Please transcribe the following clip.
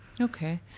Okay